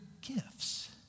gifts